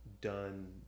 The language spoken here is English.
done